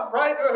right